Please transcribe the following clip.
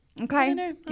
Okay